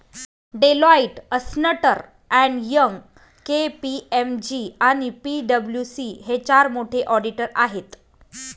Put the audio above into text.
Deloitte, अस्न्टर and Young, KPMG आणि पी.डब्ल्यू.सी हे चार मोठे ऑडिटर आहेत